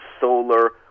solar